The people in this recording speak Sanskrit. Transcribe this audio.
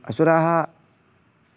असुराः